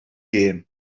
gem